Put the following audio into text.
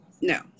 No